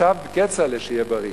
ישב כצל'ה, שיהיה בריא,